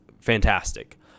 fantastic